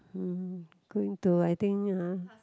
hmm going to I think